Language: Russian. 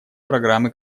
программы